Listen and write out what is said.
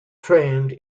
trained